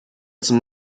zum